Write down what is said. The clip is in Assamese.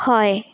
হয়